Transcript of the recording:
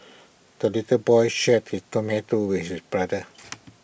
the little boy shared his tomato with his brother